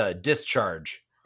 discharge